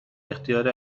اختیار